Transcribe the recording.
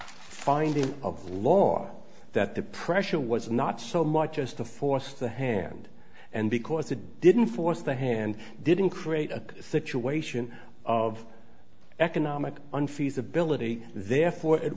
of law that the pressure was not so much as to force the hand and because it didn't force the hand didn't create a situation of economic and feasibility therefore it